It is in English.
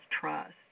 trust